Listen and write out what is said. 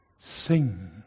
Sing